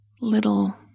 little